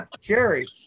Jerry